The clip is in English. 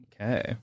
Okay